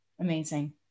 Amazing